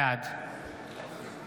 בעד